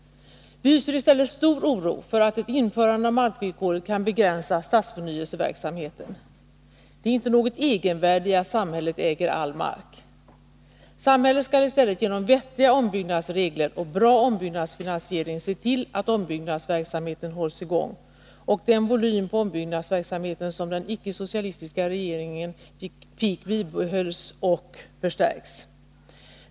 Vi hyser stor oro för att ett införande av markvillkoret kan begränsa stadsförnyelseverksamheten. Det är inte något egenvärde i att samhället äger all mark. Samhället skall i stället genom vettiga ombyggnadsregler och bra ombyggnadsfinansiering se till att ombyggnadsverksamheten hålls i gång — och att den volym på ombyggnadsverksamheten som de icke-socialistiska regeringarna fick till stånd bibehålls och utökas.